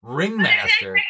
ringmaster